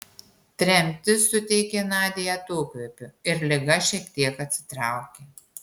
tremtis suteikė nadiai atokvėpį ir liga šiek tiek atsitraukė